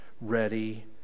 ready